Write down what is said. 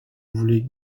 voulez